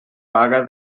vaga